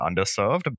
underserved